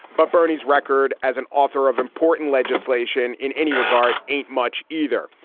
but bernie's record as an author of important legislation in any regard ain't much either.